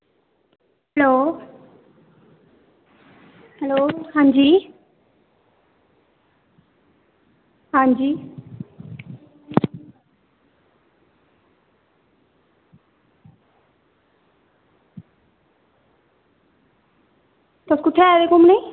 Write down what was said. hello आं जी आं जी तुस कुत्थें आये दे घुम्मनै ई